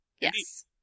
Yes